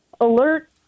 alert